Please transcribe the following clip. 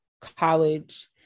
college